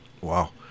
Wow